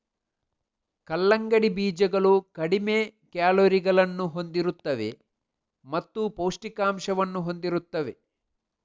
ಕಲ್ಲಂಗಡಿ ಬೀಜಗಳು ಕಡಿಮೆ ಕ್ಯಾಲೋರಿಗಳನ್ನು ಹೊಂದಿರುತ್ತವೆ ಮತ್ತು ಪೌಷ್ಠಿಕಾಂಶವನ್ನು ಹೊಂದಿರುತ್ತವೆ